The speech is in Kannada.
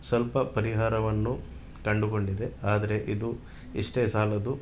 ಸ್ವಲ್ಪ ಪರಿಹಾರವನ್ನು ಕಂಡುಕೊಂಡಿದೆ ಆದರೆ ಇದು ಇಷ್ಟೇ ಸಾಲದು